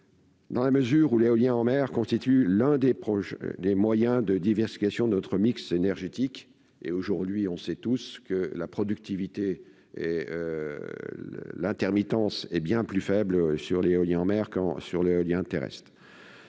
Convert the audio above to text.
dans la mesure où l'éolien en mer constitue l'un des moyens de diversification de notre mix énergétique. Aujourd'hui, on sait tous que la productivité, qui est liée à l'intermittence, est bien plus importante pour l'éolien en mer que pour l'éolien terrestre.